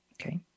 Okay